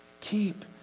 Keep